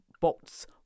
bots